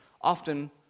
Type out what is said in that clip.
often